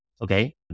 Okay